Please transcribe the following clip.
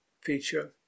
feature